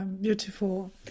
Beautiful